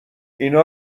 اینا